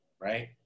right